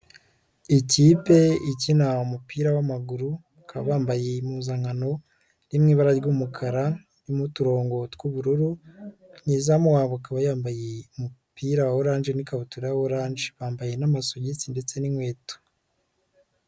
Ikipe ikina umupira w'amaguru, bakaba bambaye impuzankano, iri mu ibara ry'umukara, irimo uturongo tw'ubururu, nyezamu wabo akaba yambaye umupira wa oranje n'ikabutura ya oranje, bambaye n'amasugisi ndetse n'inkweto.